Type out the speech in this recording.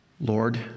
Lord